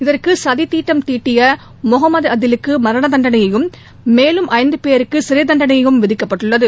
இதற்கு சதி திட்டம் தீட்டிய முகமது அதிலுக்கு மரண தண்டனையும் மேலும் ஐந்து பேருக்கு சிறை தண்டனையும் விதிக்கப்பட்டுள்ளது